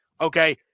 okay